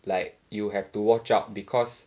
like you have to watch out because